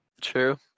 true